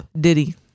Diddy